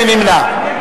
מי נמנע?